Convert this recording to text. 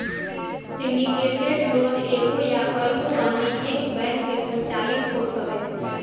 syndicated loan एगो या कईगो वाणिज्यिक बैंक से संचालित होत हवे